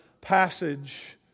passage